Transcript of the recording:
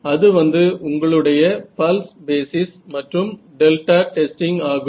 அது வந்து உங்களுடைய பல்ஸ் பேசிஸ் மற்றும் டெல்டா டெஸ்டிங் ஆகும்